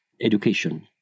education